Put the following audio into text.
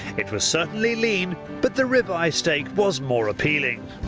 it was certainly lean but the rib-eye steak was more appealing.